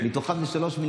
לא דורשים.